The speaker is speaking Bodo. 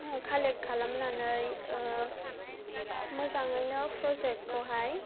कालेक्ट खालामनानै मोजाङैनो प्रजेक्टखौहाय